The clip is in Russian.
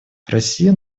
россия